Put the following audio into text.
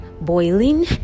boiling